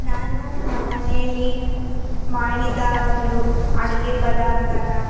ನಾನು ನಮ್ಮ ಮನೆಯಲ್ಲಿ ಮಾಡಿದ ಒಂದು ಅಡುಗೆ ಪದಾರ್ಥನ